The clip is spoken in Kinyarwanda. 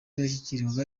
yashyiraga